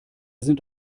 sind